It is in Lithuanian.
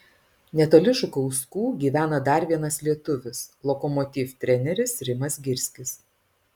netoli žukauskų gyvena dar vienas lietuvis lokomotiv treneris rimas girskis